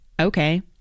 Okay